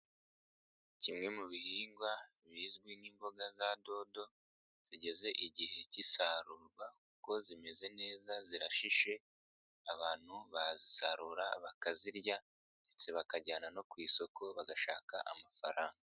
Kimwe mu bihingwa bizwi nk'imboga za dodo zigeze igihe cy'isarurwa kuko zimeze neza zirashishe abantu bazisarura bakazirya ndetse bakajyana no ku isoko bagashaka amafaranga.